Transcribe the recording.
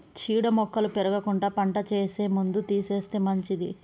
చీడ మొక్కలు పెరగకుండా పంట వేసే ముందు తీసేస్తే మంచిది